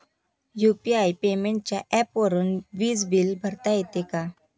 UPI पेमेंटच्या ऍपवरुन वीज बिल भरता येते का?